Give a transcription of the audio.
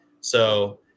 So-